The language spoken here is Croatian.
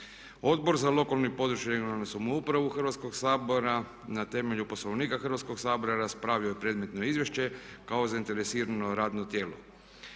Odbor za lokalnu i područnu, regionalnu samoupravu Hrvatskog sabora na temelju Poslovnika Hrvatskog sabora raspravio je predmetno izvješće kao zainteresirano radno tijelo.